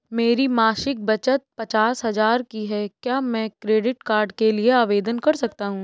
मेरी मासिक बचत पचास हजार की है क्या मैं क्रेडिट कार्ड के लिए आवेदन कर सकता हूँ?